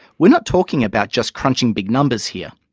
we're not talking about just crunching big numbers here,